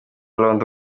londres